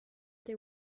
they